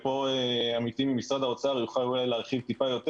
פה עמיתי ממשרד האוצר יוכל להרחיב טיפה יותר.